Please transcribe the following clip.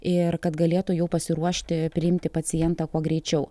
ir kad galėtų jau pasiruošti priimti pacientą kuo greičiau